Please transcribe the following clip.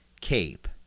cape